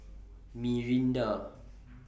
Mirinda